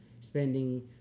spending